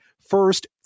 First